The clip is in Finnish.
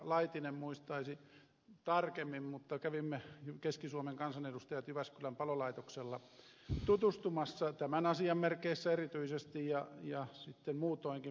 laitinen muistaisi tarkemmin kävimme keski suomen kansanedustajat jyväskylän palolaitoksella tutustumassa tämän asian merkeissä erityisesti ja muutoinkin palo ja pelastustoimen tehtäviin